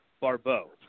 Barbeau